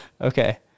okay